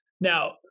now